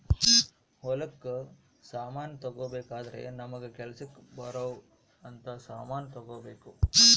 ಹೊಲಕ್ ಸಮಾನ ತಗೊಬೆಕಾದ್ರೆ ನಮಗ ಕೆಲಸಕ್ ಬರೊವ್ ಅಂತ ಸಮಾನ್ ತೆಗೊಬೆಕು